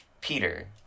Peter